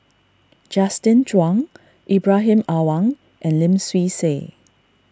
Justin Zhuang Ibrahim Awang and Lim Swee Say